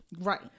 Right